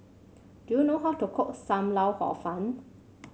do you know how to cook Sam Lau Hor Fun